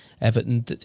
Everton